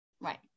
Right